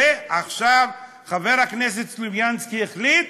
ועכשיו חבר הכנסת סלומינסקי החליט: